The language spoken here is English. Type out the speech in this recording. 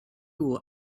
will